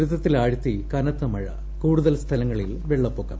അസമിനെ ദുരിതത്തിലാഴ്ത്തി കനത്തമഴ കൂടുതൽ സ്ഥലങ്ങളിൽ വെള്ളപ്പൊക്കും